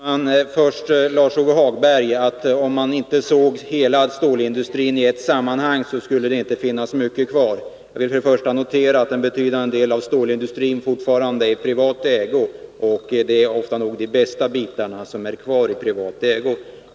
Herr talman! Lars-Ove Hagberg menade att om man inte såg stålindustrin i ett sammanhang, så skulle det inte finnas mycket kvar. Jag vill först notera att en betydande del av stålindustrin fortfarande är i privat ägo — det är ofta nog de bästa bitarna.